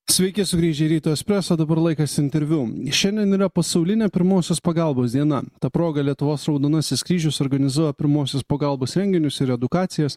sveiki sugrįžę į ryto espresą dabar laikas interviu šiandien yra pasaulinė pirmosios pagalbos diena ta proga lietuvos raudonasis kryžius organizuoja pirmosios pagalbos renginius ir edukacijas